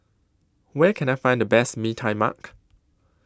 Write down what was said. Where Can I Find The Best Mee Tai Mak